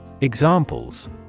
Examples